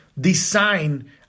design